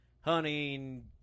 hunting